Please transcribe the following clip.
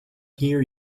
hear